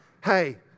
hey